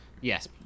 yes